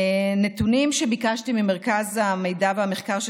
נתונים שביקשתי ממרכז המידע והמחקר של